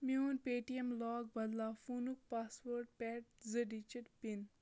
میون Paytm lock بدلاو فونُک پاس وٲڈ پٮ۪ٹھ زٕ ڈِجٹ پِن